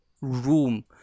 room